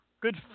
Good